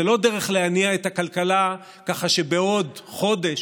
זה לא דרך להניע את הכלכלה ככה שבעוד חודש